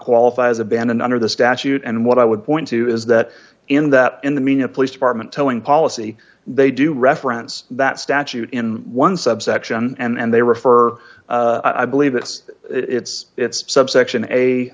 qualify as abandoned under the statute and what i would point to is that in that in the mena police department telling policy they do reference that statute in one subsection and they refer i believe that's it's it's subsection a